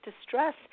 distress